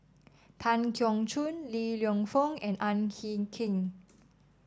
Tan Keong Choon Li Lienfung and Ang Hin Kee